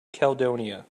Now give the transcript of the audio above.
caledonia